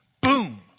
Boom